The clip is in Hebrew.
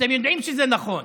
אתם יודעים שזה נכון,